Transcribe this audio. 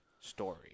story